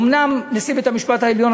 אומנם נשיא בית-המשפט העליון,